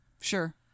Sure